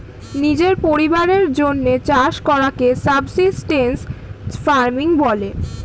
নিজের পরিবারের জন্যে চাষ করাকে সাবসিস্টেন্স ফার্মিং বলে